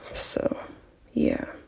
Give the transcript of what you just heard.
so yeah.